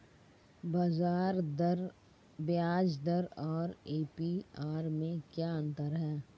ब्याज दर और ए.पी.आर में क्या अंतर है?